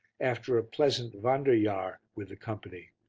after a pleasant wanderjahr with the company.